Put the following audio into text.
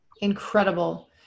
Incredible